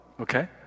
okay